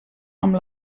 amb